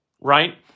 right